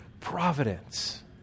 providence